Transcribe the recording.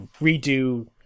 redo